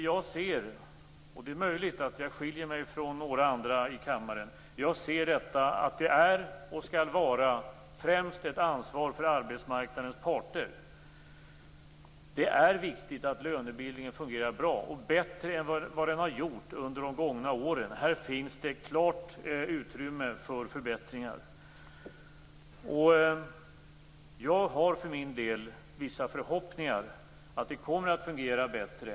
Jag ser - och det är möjligt att jag skiljer mig från några andra här i kammaren - att den är och skall vara ett ansvar främst för arbetsmarknadens parter. Det är viktigt att lönebildningen fungerar bra, bättre än vad den har gjort under de gångna åren. Här finns det klart utrymme för förbättringar. Jag har för min den vissa förhoppningar om att lönebildningen kommer att fungera bättre.